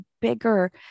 bigger